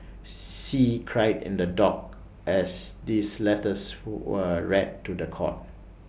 see cried in the dock as these letters were read to The Court